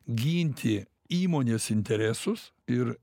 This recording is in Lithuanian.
ginti įmonės interesus ir